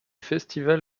festival